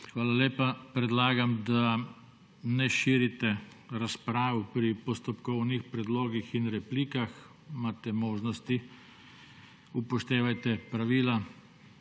Hvala lepa. Predlagam, da ne širite razprav pri postopkovnih predlogih in replikah, imate možnosti, upoštevajte pravila